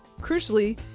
crucially